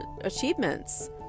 achievements